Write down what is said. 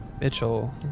Mitchell